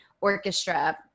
orchestra